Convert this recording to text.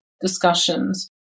discussions